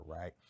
right